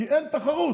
כי אין תחרות.